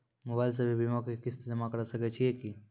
Mobile से भी बीमा के किस्त जमा करै सकैय छियै कि?